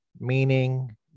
meaning